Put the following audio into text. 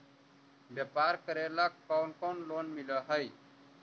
व्यापार करेला कौन कौन लोन मिल हइ?